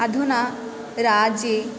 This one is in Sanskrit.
अधुना राज्ये